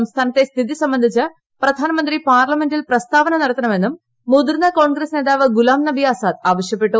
സംസ്ഥാനത്തെ സ്ഥിതി സംബന്ധിച്ച് പ്രധാനമൃത്ത് പാർലമെന്റിൽ പ്രസ്താവന നടത്തണമെന്നും മുത്പൂർന്ന് കോൺഗ്രസ് നേതാവ് ഗുലാം നബി ആസാദ് ആവശ്യപ്പെട്ടു